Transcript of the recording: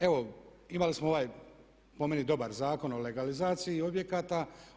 Evo imali smo ovaj po meni dobar Zakon o legalizaciji objekata.